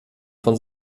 von